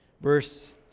verse